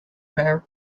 bear